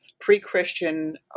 pre-Christian